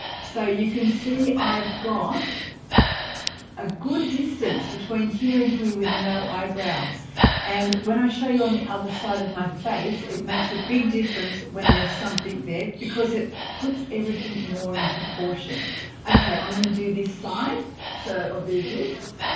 so you can see i've got a good distance between here and here with no eyebrows and when i show you on the other side of my face it makes a big difference when there's something there because it puts everything more in proportion okay i'm going to do this side so i'll do this